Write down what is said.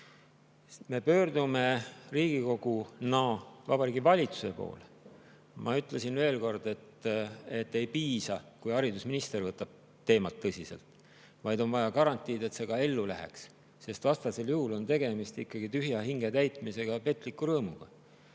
Me pöördume Riigikoguna Vabariigi Valitsuse poole. Ma ütlen veel kord, et ei piisa sellest, kui haridusminister võtab teemat tõsiselt, vaid on vaja garantiid, et see ka ellu [viiakse], sest vastasel juhul on tegemist ikkagi tühja hinge täitmisega petliku rõõmuga